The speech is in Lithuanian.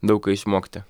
daug ko išmokti